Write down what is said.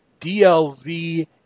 DLZ